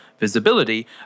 visibility